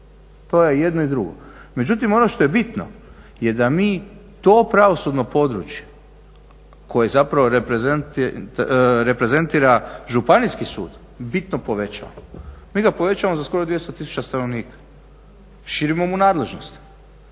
To je i jedno i drugo. Međutim, ono što je bitno je da mi to pravosudno područje koje zapravo reprezentira županijski sud bitno povećamo. Mi ga povećamo za skoro 200 tisuća stanovnika i širimo mu nadležnost.